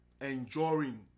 enjoying